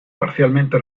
parcialmente